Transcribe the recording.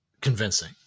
convincing